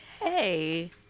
hey